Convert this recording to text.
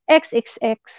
xxx